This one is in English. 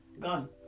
Gone